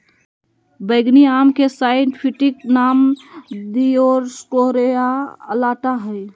बैंगनी आम के साइंटिफिक नाम दिओस्कोरेआ अलाटा हइ